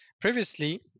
Previously